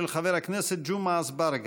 של חבר הכנסת ג'מעה אזברגה.